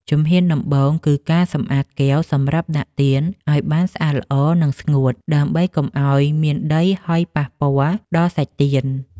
ជំហានដំបូងគឺការសម្អាតកែវសម្រាប់ដាក់ទៀនឱ្យបានស្អាតល្អ និងស្ងួត ដើម្បីកុំឱ្យមានដីហុយប៉ះពាល់ដល់សាច់ទៀន។